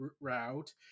route